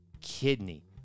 kidney